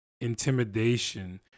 intimidation